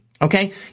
Okay